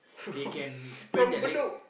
they can sprain their leg